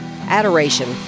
adoration